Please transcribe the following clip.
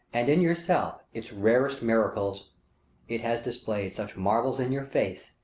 and in yourself, its rarest miracles it has displayed such marvels in your face,